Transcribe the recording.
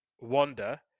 Wanda